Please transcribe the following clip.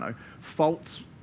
faults